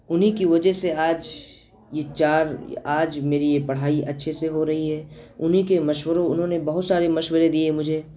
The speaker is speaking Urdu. انہیں کی وجہ سے آج یہ چار آج میری یہ پڑھائی اچھے سے ہو رہی ہے انہیں کے مشوروں انہوں نے بہت سارے مشورے دیے مجھے